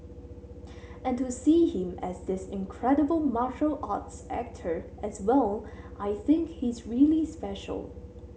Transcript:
and to see him as this incredible martial arts actor as well I think he's really special